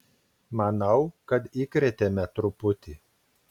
manau kad įkrėtėme truputį